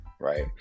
right